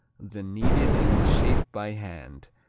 then kneaded and shaped by hand,